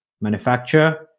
manufacturer